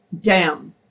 down